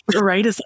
Right